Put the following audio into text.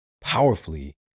powerfully